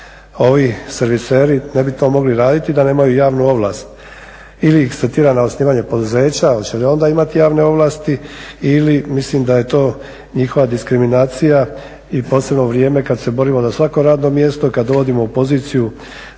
ovi serviseri ne bi to mogli raditi da nemaju javnu ovlast. Ili ih se tjera na osnivanje poduzeća, hoće li onda imati javne ovlasti ili mislim da je to njihova diskriminacija i posebno vrijeme kada se borimo za svako radno mjesto i kada dovodimo u poziciju